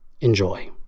Enjoy